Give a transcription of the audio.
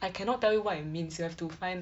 I cannot tell you what it means you have to find